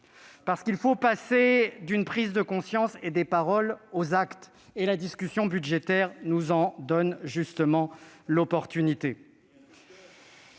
? Il faut passer d'une prise de conscience et des paroles aux actes ; la discussion budgétaire nous en donne justement l'occasion.